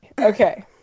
Okay